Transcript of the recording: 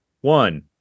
one